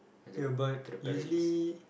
ya but usually